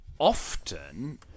often